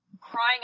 crying